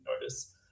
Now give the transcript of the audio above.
notice